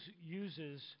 uses